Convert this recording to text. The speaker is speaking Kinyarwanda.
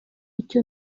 icyo